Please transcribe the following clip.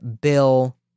Bill